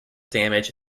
damage